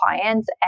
clients